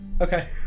Okay